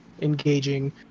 engaging